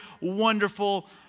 wonderful